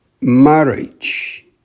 Marriage